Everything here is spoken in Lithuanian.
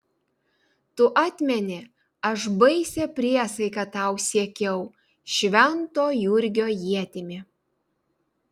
tu atmeni aš baisia priesaika tau siekiau švento jurgio ietimi